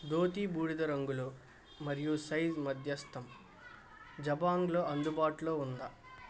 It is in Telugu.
ధోతీ బూడిద రంగులో మరియు సైస్ మధ్యస్థం జబాంగ్లో అందుబాటులో ఉందా